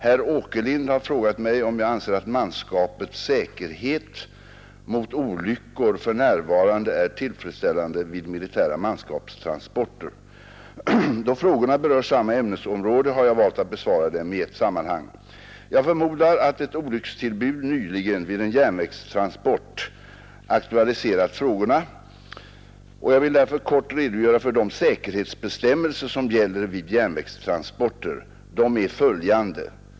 Herr Åkerlind har frågat mig om jag anser att manskapets säkerhet mot olyckor för närvarande är tillfredsställande vid militära manskapstransporter. Då frågorna berör samma ämnesområde har jag valt att besvara dem i ett sammanhang. Jag förmodar att ett olyckstillbud nyligen vid en järnvägstransport aktualiserat frågorna och vill därför kort redogöra för de säkerhetsbestämmelser som gäller vid järnvägstransporter. De är följande.